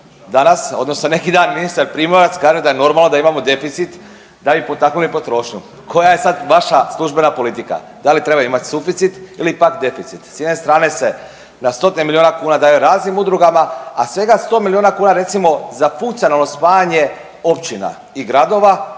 Danas odnosno neki dan ministar Primorac kaže da je normalno da imamo deficit da bi potaknuli potrošnju. Koja je sada vaša službena politika da li treba imati suficit ili pak deficit? S jedne strane se na 100-tine milijuna kuna daje raznim udrugama, a svega 100 milijuna kuna recimo za funkcionalno spajanje općina i gradova,